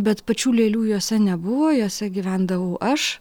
bet pačių lėlių juose nebuvo juose gyvendavau aš